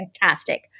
fantastic